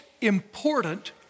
important